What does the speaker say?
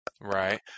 Right